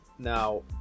now